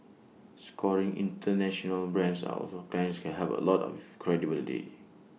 scoring International brands are also clients can helps A lot of credibility